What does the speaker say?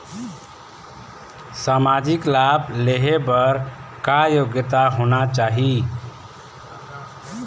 सामाजिक लाभ लेहे बर का योग्यता होना चाही?